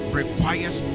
requires